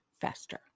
faster